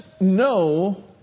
no